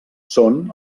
són